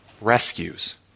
rescues